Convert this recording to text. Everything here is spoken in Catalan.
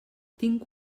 tinc